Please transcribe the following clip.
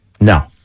No